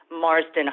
Marsden